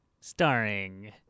Starring